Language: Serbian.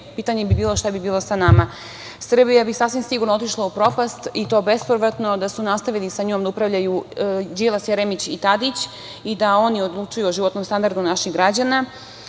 pitanje bi bilo šta bi bilo sa nama. Srbija bi sasvim sigurno otišla u propast, i to bespovratno, da su nastavili njom da upravljaju Đilas, Jeremić i Tadić i da oni odlučuju o životnom standardu naših građana.